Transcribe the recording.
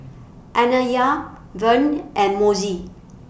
Anaya Vern and Mosey